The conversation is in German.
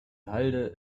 halde